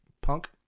Punk